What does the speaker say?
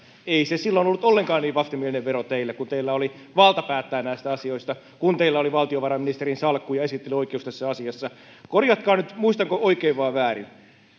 ei se silloin ollut ollenkaan niin vastenmielinen vero teille kun teillä oli valta päättää näistä asioista kun teillä oli valtiovarainministerin salkku ja esittelyoikeus tässä asiassa korjatkaa nyt muistanko oikein vai väärin